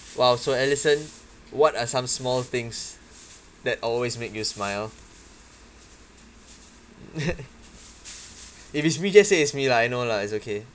!wow! so allison what are some small things that always make you smile if it's me just say it's me lah I know lah it's okay